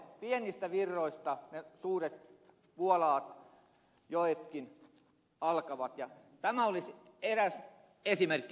pienistä virroista ne suuret vuolaat joetkin alkavat ja tämä olisi eräs esimerkki siitä